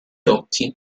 occhi